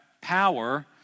power